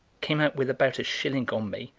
came out with about a shilling on me,